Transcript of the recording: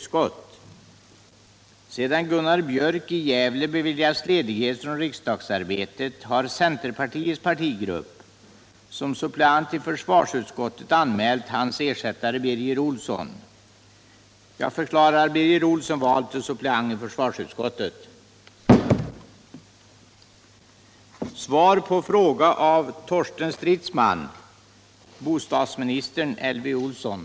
Sedan Eric Enlund beviljats ledighet från riksdagsarbetet har folkpartiets partigrupp för uppdrag som suppleant i kulturoch jordbruksutskotten anmält hans ersättare Hugo Bergdahl.